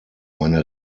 meine